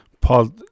Paul